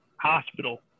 hospital